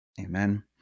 Amen